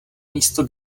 místo